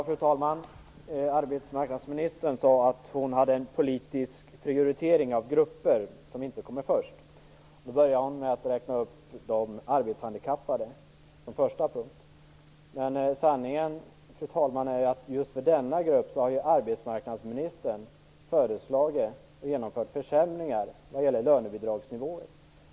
Fru talman! Arbetsmarknadsministern sade att hon hade en politisk prioritering av grupper som inte kommer först. Hon började med att räkna upp de arbetshandikappade som första punkt. Men sanningen, fru talman, är att just för denna grupp har arbetsmarknadsministern föreslagit och genomfört försämringar vad gäller lönebidragsnivåer.